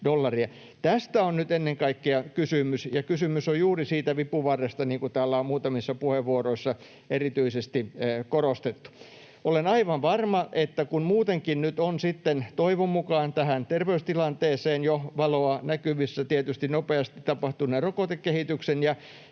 Tästä on nyt ennen kaikkea kysymys, ja kysymys on juuri siitä vipuvarresta, niin kuin täällä on muutamissa puheenvuoroissa erityisesti korostettu. Olen aivan varma, että kun muutenkin nyt on sitten, toivon mukaan, tähän terveystilanteeseen jo valoa näkyvissä — tietysti nopeasti tapahtuneen rokotekehityksen ja